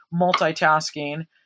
multitasking